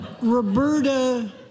Roberta